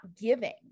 giving